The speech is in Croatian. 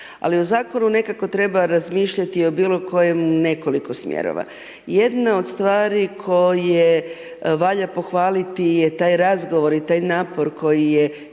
ali u zakonu nekako treba razmišljati o bilo kojem nekoliko smjerova. Jedna od stvari koje valja pohvaliti je taj razgovor i taj napor koji je